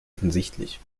offensichtlich